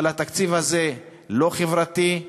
אבל התקציב הזה אינו חברתי,